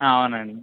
అవునండి